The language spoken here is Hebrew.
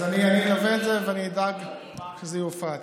אז אני אלווה את זה ואני אדאג שזה יופץ.